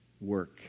work